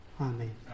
Amen